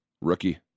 Rookie